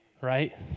right